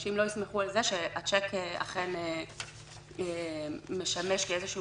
אנשים לא יסמכו על זה שהצ'ק אכן משמש כאיזשהו